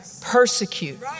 persecute